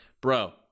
Bro